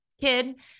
kid